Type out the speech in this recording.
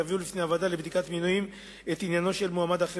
יביאו לפני הוועדה לבדיקת מינויים את עניינו של מועמד אחר